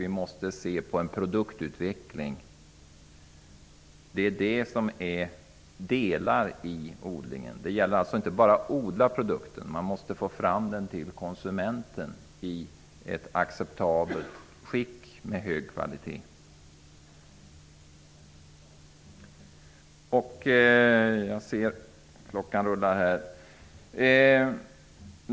Vi måste åstadkomma en produktutveckling, som är en del av odlingen. Det räcker inte med att bara odla produkten. Man måste också få fram den till konsumenten i acceptabelt skick, dvs. med hög kvalitet.